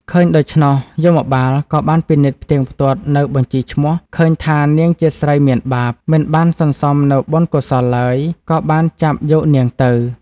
ឃើញដូច្នោះយមបាលក៏បានពិនិត្យផ្តៀងផ្ទាត់នៅបញ្ជីឈ្មោះ ឃើញថានាងជាស្រីមានបាប មិនបានសន្សំនូវបុណ្យកុសលឡើយ ក៏បានចាប់យកនាងទៅ។